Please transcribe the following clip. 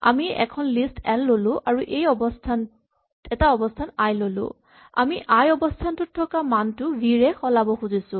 আমি এখন list L ল'লো আৰু এটা অৱস্হান আই ল'লো আমি আই অৱস্হানটোত থকা মানটোক ভি ৰে সলাব খুজিছো